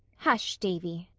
hush, davy,